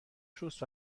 شست